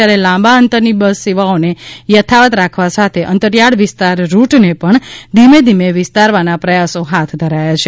ત્યારે લાંબા અંતરની બસ સેવાઓને યથાવત રાખવા સાથે અંતરિયાળ વિસ્તારના રૂટને પણ ધીમે ધીમે વિસ્તારવાના પ્રયાસો હાથ ધરાયા છે